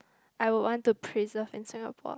I would want to preserved in Singapore